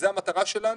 זה המטרה שלנו.